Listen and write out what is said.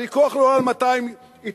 הוויכוח הוא לא על 200 התנחלויות.